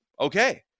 okay